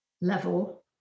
level